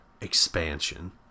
Expansion